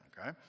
okay